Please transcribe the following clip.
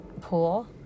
pool